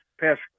past